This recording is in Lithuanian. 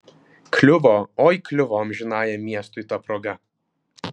kliuvo oi kliuvo amžinajam miestui ta proga